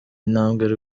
intambwe